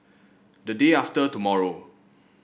the day after tomorrow